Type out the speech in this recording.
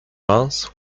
runs